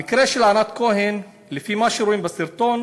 המקרה של ענת כהן, לפי מה שרואים בסרטון,